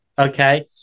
okay